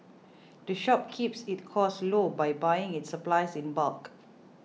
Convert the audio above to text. the shop keeps its costs low by buying its supplies in bulk